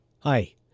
Hi